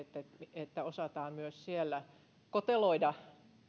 että osataan siellä koteloida